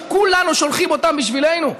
שכולנו שולחים אותם אליו בשבילנו.